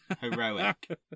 Heroic